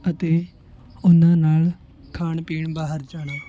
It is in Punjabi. ਅਤੇ ਉਹਨਾਂ ਨਾਲ ਖਾਣ ਪੀਣ ਬਾਹਰ ਜਾਣਾ